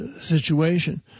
situation